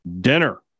dinner